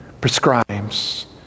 prescribes